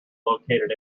located